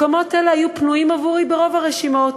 מקומות אלה היו פנויים עבורי ברוב הרשימות.